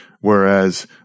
Whereas